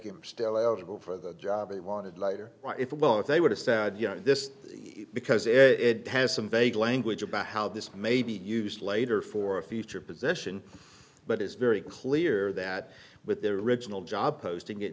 him still eligible for the job they wanted later if well if they would have said you know this because it has some vague language about how this may be used later for a future position but it's very clear that with their original job posting it